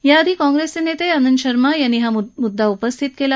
त्याआधी काँग्रेसचे नेते आनद्धशर्मा याप्ती हा मुद्रा उपस्थित केला